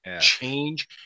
change